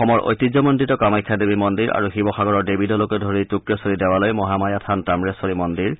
অসমৰ ঐতিহামণ্ডিত কামাখ্যা দেৱী মন্দিৰ আৰু শিৱসাগৰৰ দেৱী দলকে ধৰি টুক্ৰেশ্বৰী দেৱালয় মহামায়া থান বিল্বেশ্বৰ দেৱালয় তামেশ্বৰী মন্দিৰ